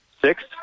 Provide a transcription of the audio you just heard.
six